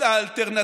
בחיים לא תוותרו.